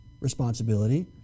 responsibility